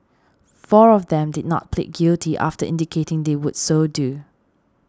four of them did not plead guilty after indicating they would so do